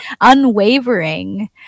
unwavering